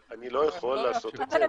אבל אני לא יכול לעשות את זה.